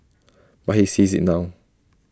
but he sees IT now